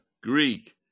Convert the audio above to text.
Greek